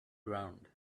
ground